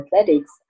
Athletics